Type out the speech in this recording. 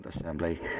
Assembly